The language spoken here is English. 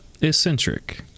eccentric